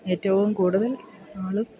ഏറ്റവും കൂടുതൽ ആളും